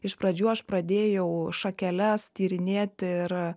iš pradžių aš pradėjau šakeles tyrinėti ir